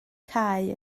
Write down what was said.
cae